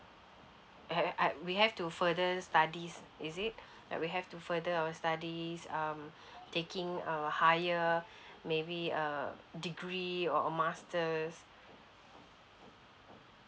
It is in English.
eh I we have to further studies is it that we have to further our studies um taking a higher maybe a degree or a masters